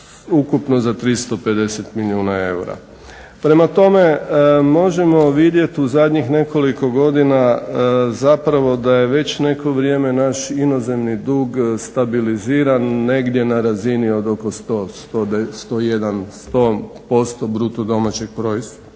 ukupno za 350 milijuna eura. Prema tome, možemo vidjet u zadnjih nekoliko godina zapravo da je veće neko vrijeme naš inozemni dug stabiliziran negdje na razini od oko 100, 101, 100% bruto domaćeg proizvoda.